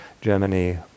Germany